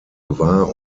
war